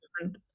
different